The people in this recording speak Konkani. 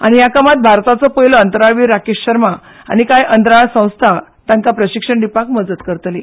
आनी ह्या कामात भारताचो पयलो अंतराळवीर राकेश शर्मा आनी काय अंतराळ संस्था तांका प्रशिक्षण दिवपाक मजत करतली